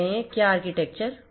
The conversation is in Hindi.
क्या आर्किटेक्चर होगा